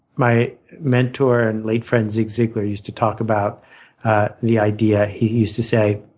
my mentor and late friend zig ziglar used to talk about the idea. he used to say,